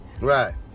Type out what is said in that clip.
Right